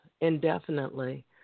indefinitely